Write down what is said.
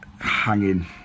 hanging